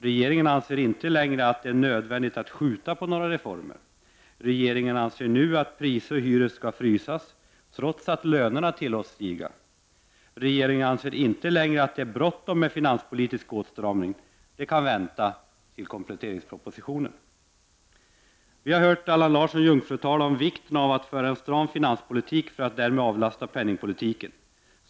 Regeringen anser inte längre att det är nödvändigt att skjuta på några reformer. Regeringen anser nu att priser och hyror skall frysas, trots att lönerna tillåts stiga. Regeringen anser inte längre att det är bråttom med finanspolitisk åtstramning — den kan vänta till kompletteringspropositionen. Vi har hört Allan Larsson jungfrutala om vikten av att föra en stram finanspolitik för att därmed avlasta penningpolitiken.